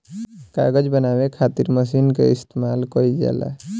कागज बनावे के खातिर मशीन के इस्तमाल कईल जाला